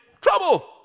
trouble